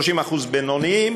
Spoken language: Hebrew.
30% בינוניים,